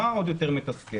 מה עוד יותר מתסכל